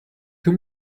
too